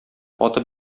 аты